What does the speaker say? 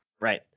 right